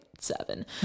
seven